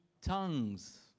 tongues